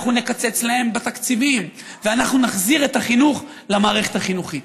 אנחנו נקצץ להם בתקציבים ואנחנו נחזיר את החינוך למערכת החינוכית.